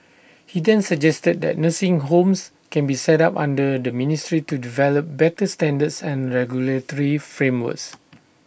he then suggested that nursing homes can be set up under the ministry to develop better standards and regulatory frameworks